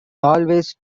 always